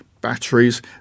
batteries